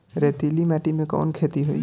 रेतीली माटी में कवन खेती होई?